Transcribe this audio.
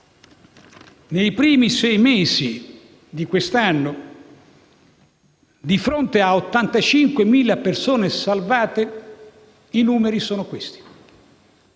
Nei primi sei mesi di quest'anno, di fronte a 85.000 persone salvate, i numeri sono i